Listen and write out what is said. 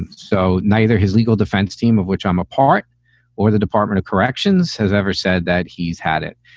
and so neither his legal defense team, of which i'm a part or the department of corrections has ever said that he's had it.